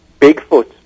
bigfoot